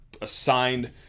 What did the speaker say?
assigned